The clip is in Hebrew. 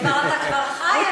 אתה כבר חי,